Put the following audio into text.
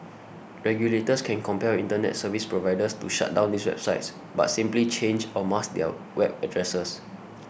regulators can compel internet service providers to shut down these right sites but simply change or mask their web addresses